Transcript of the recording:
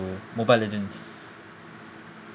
mobile legends